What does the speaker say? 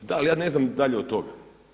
Da, ali ja ne znam dalje od toga.